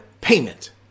payment